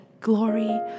glory